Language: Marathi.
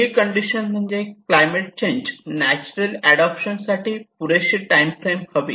पहिली कंडीशन म्हणजे क्लायमेट चेंज नॅचरल अडोप्शन साठी पुरेशी टाईम फ्रेम हवी